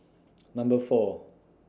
Number four